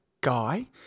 guy